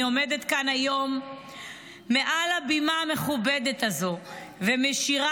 אני עומדת כאן היום מעל הבמה המכובדת הזו ומישירה